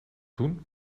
doen